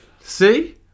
See